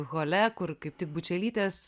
hole kur kaip tik bučelytės